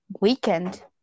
weekend